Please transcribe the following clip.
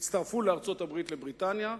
הצטרפו לארצות-הברית ובריטניה,